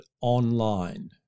online